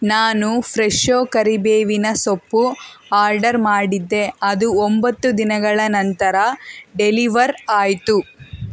ನಾನು ಫ್ರೆಶೋ ಕರಿಬೇವಿನ ಸೊಪ್ಪು ಆರ್ಡರ್ ಮಾಡಿದ್ದೆ ಅದು ಒಂಬತ್ತು ದಿನಗಳ ನಂತರ ಡೆಲಿವರ್ ಆಯಿತು